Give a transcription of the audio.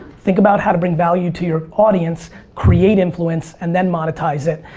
think about how to bring value to your audience, create influence and then monetize it.